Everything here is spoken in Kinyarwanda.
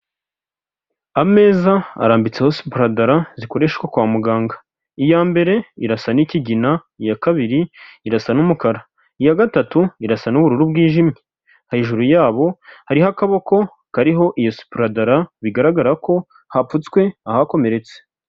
Ameza arambitseho siparadara zikoreshwa kwa muganga. Iya mbere irasa n'ikigina, iya kabiri irasa n'umukara. Iya gatatu irasa n'ubururu bwijimye. Hejuru yabo hariho akaboko kariho iyo suparadara, bigaragara ko hapfutswe ahakomeretse.